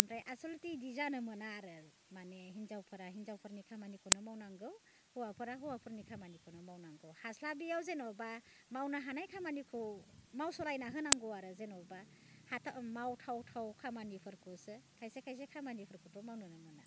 आमफ्राइ आसलथे इदि जानो मोना आरो मानि हिन्जावफोरा हिन्जावफोरनि खामानिखौनो मावनांगौ हौवाफोरा हौवाफोरनि खामानिखौनो मावनांगौ हास्लाबियाव जेन'बा मावनो हानाय खामानिखौ मावस'लायना होनांगौ आरो जेन'बा हाथाव मावथाव थाव खामानिफोरखौसो खायसे खायसे खामानिफोरखौथ' मावनोनो मोना